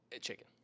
Chicken